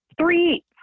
three